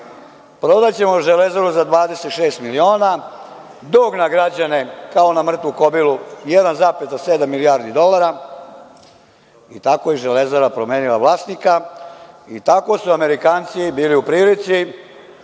prodaćemo „Železaru“ za 26 miliona dok na građane, kao na mrtvu kobilu, 1,7 milijardi dolara i tako je „Železara“ promenila vlasnika i tako su Amerikanci bili u prilici